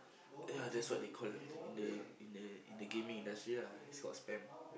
ya that's what they call in the in the in the gaming industry lah sort of spam